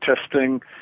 testing